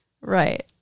Right